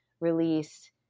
release